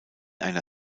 einer